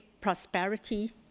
prosperity